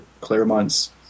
Claremont's